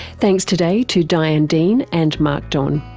thanks today to diane dean and mark don.